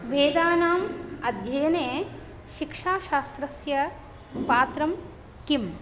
वेदानाम् अध्ययने शिक्षाशास्त्रस्य पात्रं किं